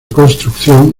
construcción